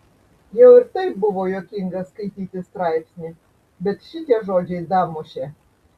jau ir taip buvo juokinga skaityti straipsnį bet šitie žodžiai damušė